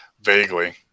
Vaguely